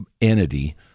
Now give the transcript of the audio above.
entity